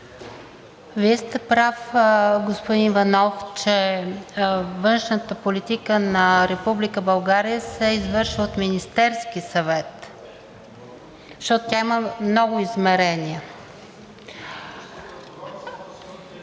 Вие сте прав, господин Иванов, че външната политика на Република България се извършва от Министерския съвет, защото тя има много измерения. Винаги,